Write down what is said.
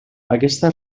aquesta